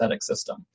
system